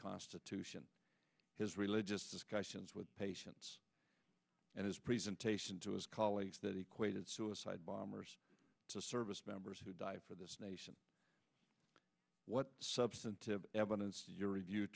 constitution his religious discussions with patients and his presentation to his colleagues that equated suicide bombers to service members who died for this nation what substantive evidence is your review